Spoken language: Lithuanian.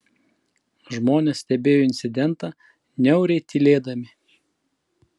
žmonės stebėjo incidentą niauriai tylėdami